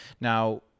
Now